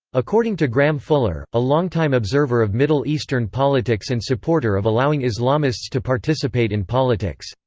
according to graham fuller, a long-time observer of middle eastern politics and supporter of allowing islamists to participate in politics,